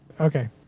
okay